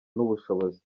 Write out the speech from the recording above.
n’ubushobozi